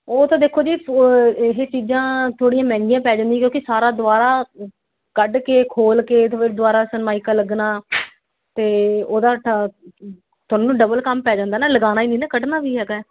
ਉਹ ਤਾਂ ਦੇਖੋ ਜੀ ਸੋ ਇਹ ਚੀਜ਼ਾਂ ਥੋੜ੍ਹੀਆਂ ਮਹਿੰਗੀਆਂ ਪੈ ਜਾਂਦੀਆਂ ਕਿਉਂਕਿ ਸਾਰਾ ਦੁਆਰਾ ਕੱਢ ਕੇ ਖੋਲ੍ਹ ਕੇ ਅਤੇ ਫਿਰ ਦੁਬਾਰਾ ਸਨਮਾਇਕਾ ਲੱਗਣਾ ਅਤੇ ਉਹ ਦਾ ਠਾ ਤੁਹਾਨੂੰ ਡਬਲ ਕੰਮ ਪੈ ਜਾਂਦਾ ਨਾ ਲਗਾਉਣਾ ਹੀ ਨਹੀਂ ਨਾ ਕੱਢਣਾ ਵੀ ਹੈਗਾ ਹੈ